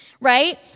right